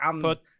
Put